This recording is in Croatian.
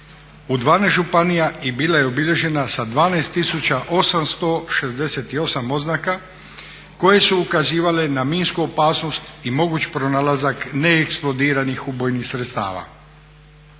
u 12 županija i bila je obilježena sa 12.868 oznaka koje su ukazivale na minsku opasnost i moguć pronalazak neeksplodiranih ubojnih sredstava.